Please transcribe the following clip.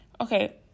Okay